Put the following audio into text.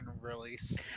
release